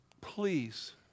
Please